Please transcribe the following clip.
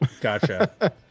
Gotcha